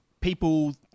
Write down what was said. people